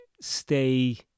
stay